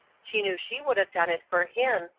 she knew she would have done it for him,